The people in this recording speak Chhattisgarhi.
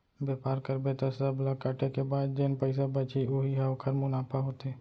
बेपार करबे त सब ल काटे के बाद जेन पइसा बचही उही ह ओखर मुनाफा होथे